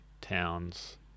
towns